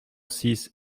six